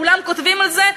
כולם כותבים על זה.